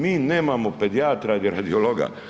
Mi nemamo pedijatra i radiologa.